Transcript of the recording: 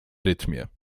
rytmie